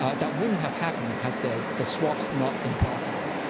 ah that wouldn't have happened had the the swaps not been possible.